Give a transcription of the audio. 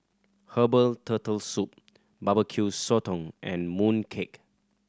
herbal Turtle Soup Barbecue Sotong and mooncake